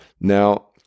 Now